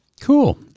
Cool